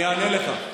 אני אענה לך.